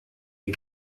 die